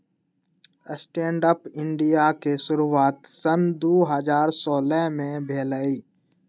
stand up India के शुरुआत सन दू हज़ार सोलह में भेलइ